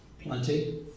Plenty